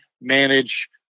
manage